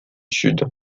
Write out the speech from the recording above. sud